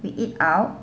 we eat out